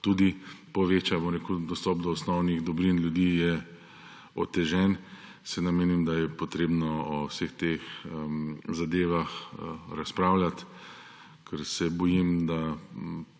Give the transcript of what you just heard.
tudi poveča, dostop do osnovnih dobrin ljudi je otežen. Seveda menim, da je potrebno o vseh teh zadevah razpravljati, ker se bojim, da